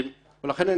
לכן,